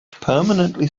permanently